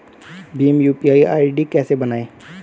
Bhim UPI ID कैसे बनाएं?